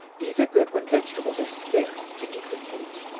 these are good when vegetables are scarce, to eat with meat,